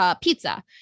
pizza